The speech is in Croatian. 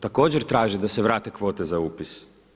Također traže da se vrate kvote za upis.